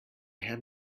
have